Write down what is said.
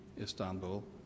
Istanbul